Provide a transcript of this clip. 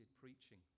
preaching